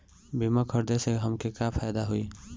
बीमा खरीदे से हमके का फायदा होई?